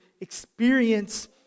experience